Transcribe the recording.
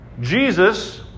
Jesus